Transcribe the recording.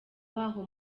waho